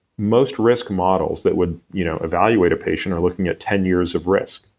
most risk models that would you know evaluate a patient are looking at ten years of risk.